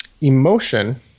emotion